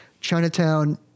Chinatown